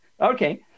Okay